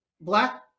black